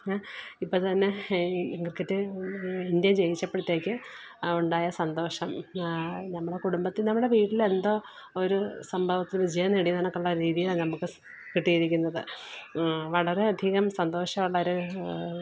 ഇപ്പം തന്നെ cricket India ജയിച്ചപ്പഴത്തേക്ക് ആ ഉണ്ടായ സന്തോഷം നമ്മളുടെ കുടുംബത്തിൽ നമ്മുടെ വീട്ടിലെന്തോ ഒരു സംഭവത്തിൽ വിജയം നേടി എന്നൊക്കെയുള്ള രീതിയിലാണ് നമുക്ക് കിട്ടിയിരിക്കുന്നത് വളരെ അധികം സന്തോഷ ഉള്ളൊര്